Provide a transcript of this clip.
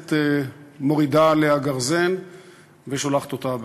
הכנסת מורידה עליה גרזן ושולחת אותה הביתה.